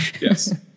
Yes